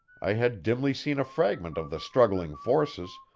i had dimly seen a fragment of the struggling forces,